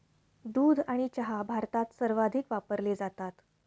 दूध आणि चहा भारतात सर्वाधिक वापरले जातात